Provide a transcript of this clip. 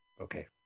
Okay